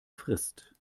frist